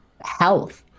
health